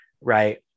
Right